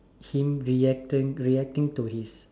him reacting reacting to his